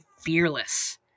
fearless